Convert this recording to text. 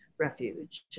Refuge